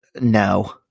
no